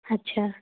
ਅੱਛਾ